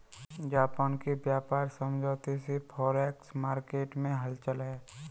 Japan के व्यापार समझौते से फॉरेक्स मार्केट में हलचल है